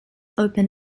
open